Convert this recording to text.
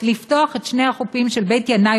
לפתוח את שני החופים של בית-ינאי